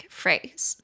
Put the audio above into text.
phrase